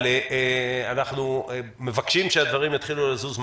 אבל אנחנו מבקשים שהדברים יתחילו לזוז מהר.